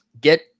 get